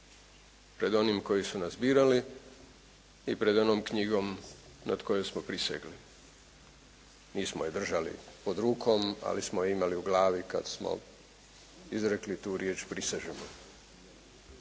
pred onima koji su nas birali i pred onom knjigom nad kojom smo prisegli. Nismo je držali pod rukom, ali smo je imali u glavi kada smo izrekli tu riječ: "Prisežem".